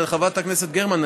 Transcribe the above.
חברת הכנסת גרמן,